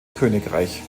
königreich